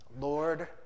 Lord